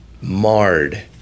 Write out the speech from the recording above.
marred